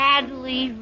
Sadly